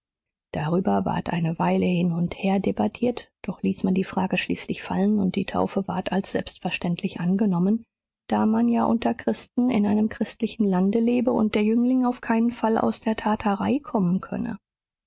darüber ward eine weile hin und her debattiert doch ließ man die frage schließlich fallen und die taufe ward als selbstverständlich angenommen da man ja unter christen in einem christlichen lande lebe und der jüngling auf keinen fall aus der tatarei kommen könne